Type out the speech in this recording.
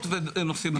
אין אלטרנטיבה.